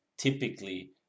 typically